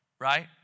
right